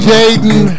Jaden